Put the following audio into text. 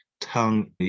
tongue